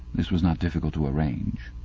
this was not difficult to arrange.